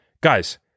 Guys